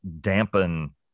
dampen